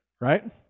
Right